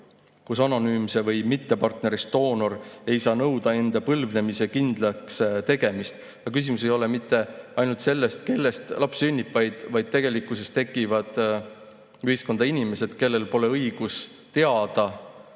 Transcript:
et anonüümne või mittepartnerist doonor ei saa nõuda enda põlvnemise kindlakstegemist. Ja küsimus ei ole mitte ainult selles, kellest laps sünnib, vaid tegelikkuses tekivad ühiskonda inimesed, kellel pole õigust teada,